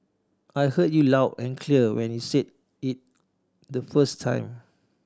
I heard you loud and clear when you said it the first time